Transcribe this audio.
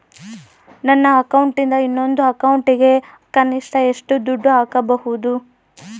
ನನ್ನ ಅಕೌಂಟಿಂದ ಇನ್ನೊಂದು ಅಕೌಂಟಿಗೆ ಕನಿಷ್ಟ ಎಷ್ಟು ದುಡ್ಡು ಹಾಕಬಹುದು?